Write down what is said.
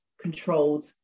controlled